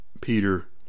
Peter